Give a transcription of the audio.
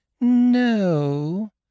No